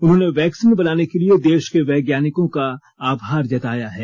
उन्होंने वैक्सीन बनाने के लिए देश के वैज्ञानिकों का आभार जताया है